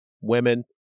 women